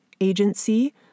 agency